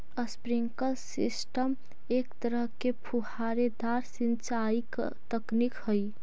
sprinkler system एक तरह के फुहारेदार सिंचाई तकनीक हइ